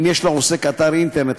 אם יש לעוסק אתר אינטרנט,